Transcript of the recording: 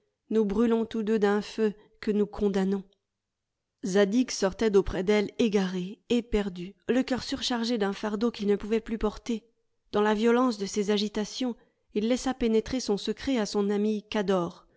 nous brûlons tous deux d'un feu que nous condamnons zadig sortait d'auprès d'elle égaré éperdu le coeur surchargé d'un fardeau qu'il ne pouvait plus porter dans la violence de ses agitations il laissa pénétrer son secret à son ami